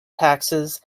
taxes